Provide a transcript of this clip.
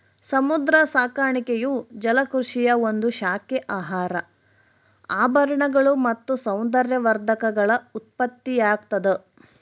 ಸಮುದ್ರ ಸಾಕಾಣಿಕೆಯು ಜಲಕೃಷಿಯ ಒಂದು ಶಾಖೆ ಆಹಾರ ಆಭರಣಗಳು ಮತ್ತು ಸೌಂದರ್ಯವರ್ಧಕಗಳ ಉತ್ಪತ್ತಿಯಾಗ್ತದ